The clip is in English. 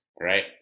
Right